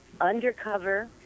Undercover